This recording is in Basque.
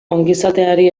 ongizateari